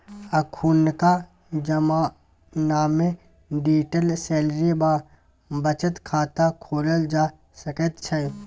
अखुनका जमानामे digital salary वा बचत खाता खोलल जा सकैत छै